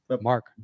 mark